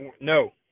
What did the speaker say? No